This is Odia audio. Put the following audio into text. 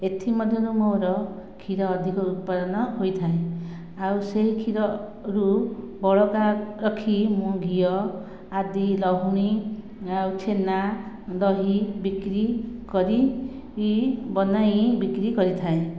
ଏଥିମଧ୍ୟରୁ ମୋର କ୍ଷୀର ଅଧିକ ଉତ୍ପାଦନ ହୋଇଥାଏ ଆଉ ସେହି କ୍ଷୀର ରୁ ବଳକା ରଖି ମୁଁ ଘିଅ ଆଦି ଲହୁଣୀ ଆଉ ଛେନା ଦହି ବିକ୍ରି କରି ବନାଇ ବିକ୍ରି କରିଥାଏ